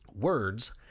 words